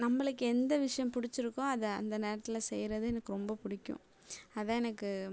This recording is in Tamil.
நம்மளுக்கு எந்த விஷயம் பிடிச்சிருக்கோ அதை அந்த நேரத்தில் செய்கிறது எனக்கு ரொம்ப பிடிக்கும் அதுதான் எனக்கு